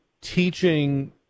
teaching